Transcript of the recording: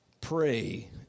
pray